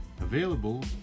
available